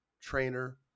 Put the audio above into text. trainer